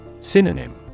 Synonym